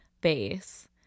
base